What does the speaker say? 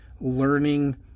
learning